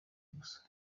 gusa